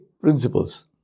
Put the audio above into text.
principles